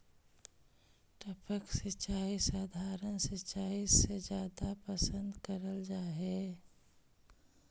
टपक सिंचाई सधारण सिंचाई से जादा पसंद करल जा हे